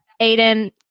Aiden